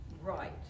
Right